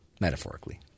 metaphorically